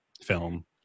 film